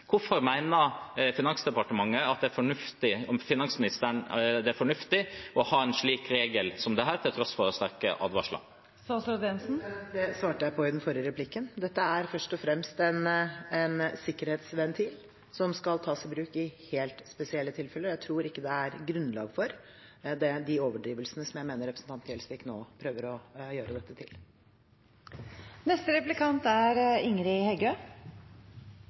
Hvorfor mener Finansdepartementet og finansministeren det er fornuftig å ha en slik regel som dette – til tross for sterke advarsler? Det svarte jeg på i den forrige replikken. Dette er først og fremst en sikkerhetsventil som skal tas i bruk i helt spesielle tilfeller. Jeg tror ikke det er grunnlag for de overdrivelsene jeg mener representanten Gjelsvik nå prøver å gjøre dette til. Det verkar som ABE-reforma kanskje har gått litt langt, sidan det stadig kjem saker som ikkje er